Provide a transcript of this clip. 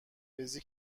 ریزی